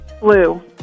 blue